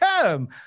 term